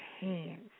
hands